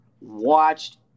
watched